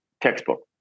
textbook